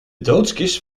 doodskist